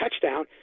touchdown